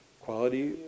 quality